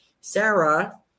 Sarah